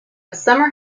summer